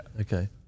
okay